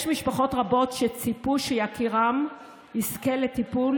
יש משפחות רבות שציפו שיקירם יזכה לטיפול